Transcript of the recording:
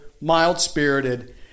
mild-spirited